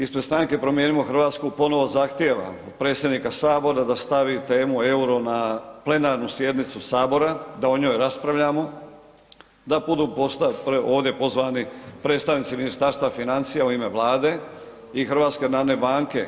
Ispred Stranke Promijenimo Hrvatsku ponovo zahtijevam od predsjednika sabora da stavi temu EUR-o na plenarnu sjednicu sabora, da o njoj raspravljamo, da budu ovdje pozvani predstavnici Ministarstva financija u ime Vlade i HNB-a.